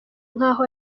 nkaho